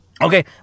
Okay